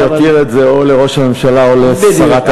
אני אותיר את זה או לראש הממשלה או לשרת המשפטים.